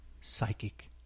psychic